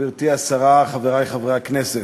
גברתי השרה, חברי חברי הכנסת,